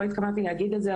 לא התכוונתי להגיד את זה,